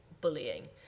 bullying